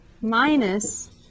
minus